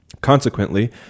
Consequently